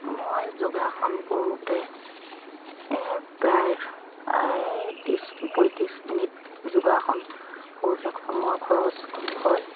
মই যোগাসন কৰোঁতে প্ৰায় ত্ৰিছ পঁয়ত্ৰিছ মিনিট যোগাসন কৰোঁতে সময় খৰচ হয়